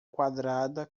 quadrada